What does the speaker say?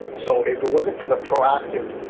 so if it wasn't for the proactive